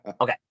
Okay